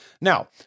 Now